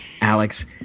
Alex